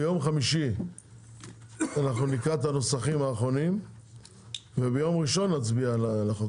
ביום חמישי אנחנו נקרא את הנוסחים האחרונים וביום ראשון נצביע על החוק.